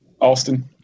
Austin